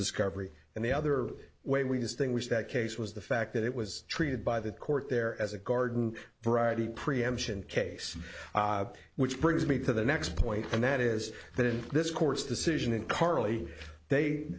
discovery and the other way we distinguish that case was the fact that it was treated by the court there as a garden variety preemption case which brings me to the next point and that is that in this court's decision in carlie they